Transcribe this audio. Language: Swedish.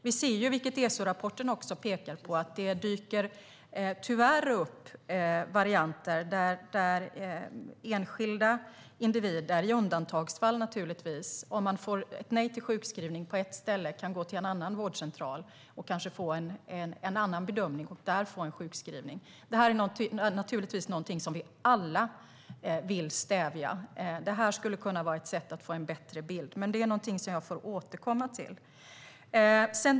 Vi ser, vilket ESO-rapporten också pekar på, att det i undantagsfall tyvärr dyker upp varianter där enskilda individer om de får ett nej till sjukskrivning på ett ställe går till en annan vårdcentral för att där kanske få en annan bedömning och en sjukskrivning. Det här är naturligtvis någonting som vi alla vill stävja, och förskrivningskoder skulle kunna vara ett sätt att få en bättre bild av det hela. Men det är något som jag får återkomma till.